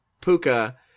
puka